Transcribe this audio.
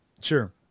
Sure